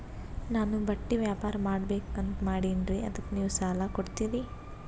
ನಾನು ಬಟ್ಟಿ ವ್ಯಾಪಾರ್ ಮಾಡಬಕು ಅಂತ ಮಾಡಿನ್ರಿ ಅದಕ್ಕ ನೀವು ಸಾಲ ಕೊಡ್ತೀರಿ?